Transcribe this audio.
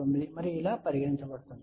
9 మరియు ఇలా పరిగణించబడింది